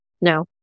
No